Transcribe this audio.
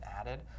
added